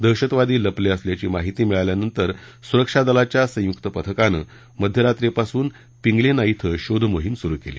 दहशतवादी लपले असल्याची माहिती मिळाल्यानंतर सुरक्षा दलाच्या संयुक पथकानं मध्यरात्रीपासून पिंगलीना इथं शोधमोहीम सुरु केली